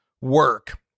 work